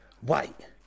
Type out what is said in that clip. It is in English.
White